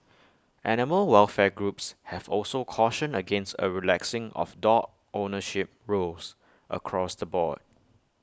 animal welfare groups have also cautioned against A relaxing of dog ownership rules across the board